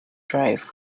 drive